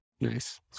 Nice